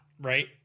right